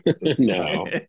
no